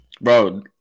Bro